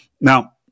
Now